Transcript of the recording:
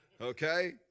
Okay